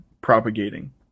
propagating